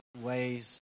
ways